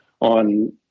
on